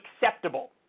acceptable